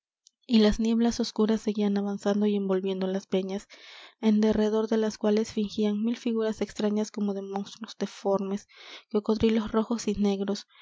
y las nieblas oscuras seguían avanzando y envolviendo las peñas en derredor de las cuales fingían mil figuras extrañas como de monstruos deformes cocodrilos rojos y negros